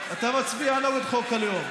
אתה מצביע נגד חוק הלאום.